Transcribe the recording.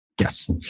yes